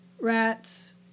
rats